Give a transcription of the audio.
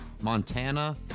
Montana